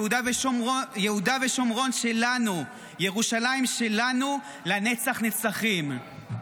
יהודה ושומרון שלנו, ירושלים שלנו לנצח נצחים.